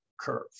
curve